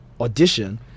audition